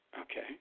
okay